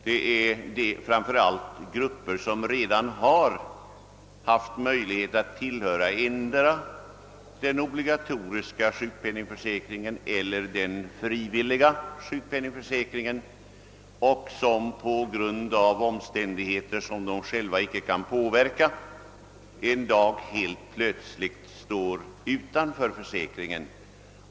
Det gäller framför allt grupper som redan har haft möjlighet att tillhöra endera den obligatoriska sjukpenningförsäkringen eller den frivilliga sjukpenningförsäkringen och som på grund av olika omständigheter, som de själva icke kunnat påverka, en dag helt plötsligt står helt utanför försäkringen.